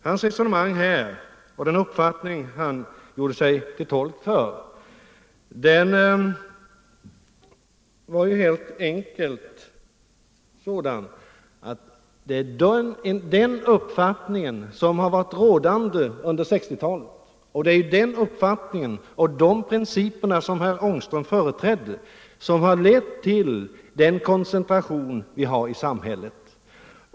Han förespråkade helt enkelt en sådan ordning som den som varit rådande under 1960-talet, alltså principer som har lett till den nuvarande koncentrationen i samhället.